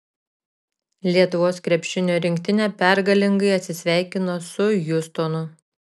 lietuvos krepšinio rinktinė pergalingai atsisveikino su hjustonu